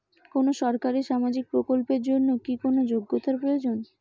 কোনো সরকারি সামাজিক প্রকল্পের জন্য কি কোনো যোগ্যতার প্রয়োজন?